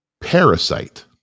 Parasite